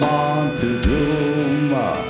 Montezuma